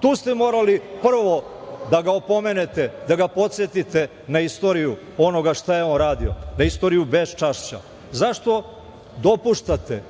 Tu ste morali prvo da ga opomenete, da ga podsetite na istoriju onoga što je on radio, na istoriju beščašća.Zašto dopuštate